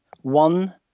One